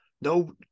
no